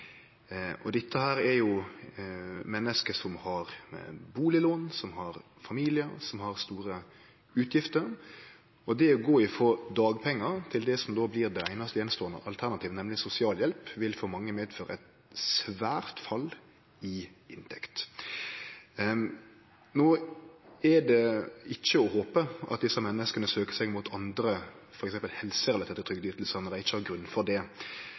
jobb. Dette er menneske som har bustadlån, som har familiar, og som har store utgifter, og det å gå frå dagpengar til det som då blir det einaste attståande alternativet, nemleg sosialhjelp, vil for mange medføre eit svært fall i inntekt. No er det ikkje å håpe at desse menneska søkjer seg mot andre ytingar, f.eks. helserelaterte trygdeytingar når dei ikkje har grunn for det,